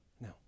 no